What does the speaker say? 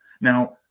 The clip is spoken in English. Now